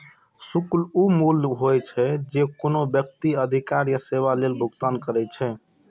शुल्क ऊ मूल्य होइ छै, जे कोनो व्यक्ति अधिकार या सेवा लेल भुगतान करै छै